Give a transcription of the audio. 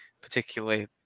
particularly